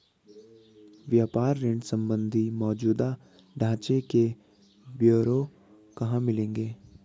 व्यापार ऋण संबंधी मौजूदा ढांचे के ब्यौरे कहाँ मिलेंगे?